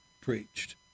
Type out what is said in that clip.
preached